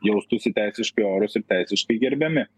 jaustųsi teisiškai orūs ir teisiškai gerbiami